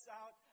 out